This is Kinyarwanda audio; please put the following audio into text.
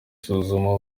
isuzuma